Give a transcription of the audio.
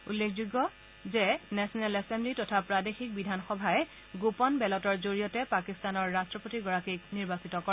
উল্লেখযোগ্য national assembly তথা প্ৰাদেশিক বিধানসভাই গোপন বেলটৰ জৰিয়তে পাকিস্তানৰ ৰাষ্ট্ৰপতিগৰাকীক নিৰ্বাচিত কৰে